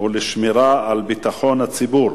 ולשמירה על ביטחון הציבור